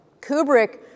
Kubrick